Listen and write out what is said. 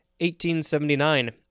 1879